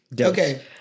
Okay